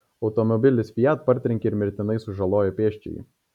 automobilis fiat partrenkė ir mirtinai sužalojo pėsčiąjį